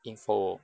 info